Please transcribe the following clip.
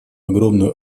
огромную